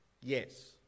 yes